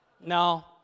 No